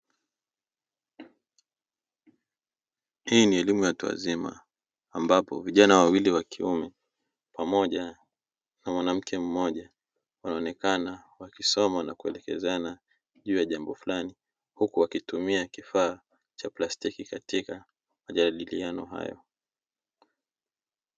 Hii ni elimu ya watu wazima ambapo vijana wawili wa kiume pamoja na mwanamke mmoja wanaonekana wakisoma na kuelekezana juu ya jambo fulani, huku wakitumia kifaa cha plastiki katika majadiliano hayo.